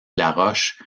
laroche